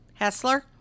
Hessler